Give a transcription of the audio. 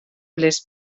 les